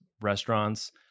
restaurants